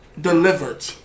Delivered